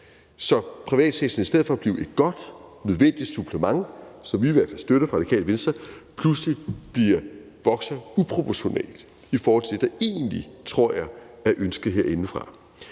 så privatsektoren i stedet for at blive et godt, nødvendigt supplement, som vi i hvert fald støtter fra Radikale Venstres side, pludselig vokser uproportionalt, i forhold til hvad jeg egentlig tror er ønsket herindefra.